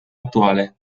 attuale